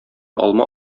алма